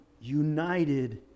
united